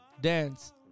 dance